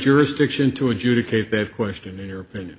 jurisdiction to adjudicate that question in your opinion